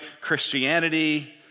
Christianity